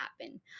happen